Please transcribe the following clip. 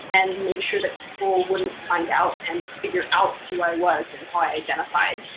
and make sure that people wouldn't find out and figure out who i was and how i identified.